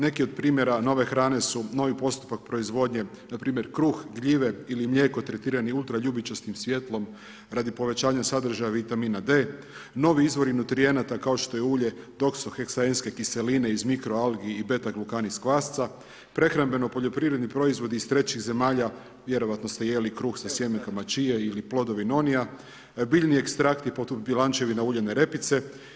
Neki od primjera nove hrane su novi postupak proizvodnje npr. kruh, gljive ili mlijeko tretirani ultraljubičastim svjetlom radi povećanja sadržaja vitamina D, novi izvori nutrijenata kao što je ulje, doksoheksaenske kiseline iz mikroalgi i betaglukani iz kvasca, prehrambeno poljoprivredni proizvodi iz trećih zemalja, vjerojatno ste jeli kruh sa sjemenkama chie ili plodovi nonia, biljni ekstrakti poput bjelančevina uljene repice.